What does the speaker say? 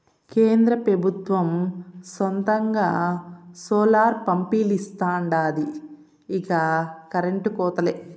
కేంద్ర పెబుత్వం సొంతంగా సోలార్ పంపిలిస్తాండాది ఇక కరెంటు కోతలే